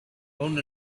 found